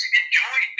enjoy